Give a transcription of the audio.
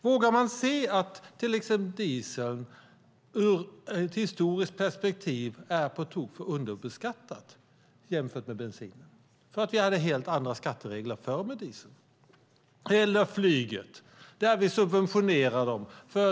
Vågar vi se att till exempel diesel ur ett historiskt perspektiv är på tok för underbeskattat jämfört med bensin? Vi hade helt andra skatteregler förr i tiden för diesel. Eller titta på flyget. Vi subventionerar flyget.